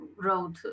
wrote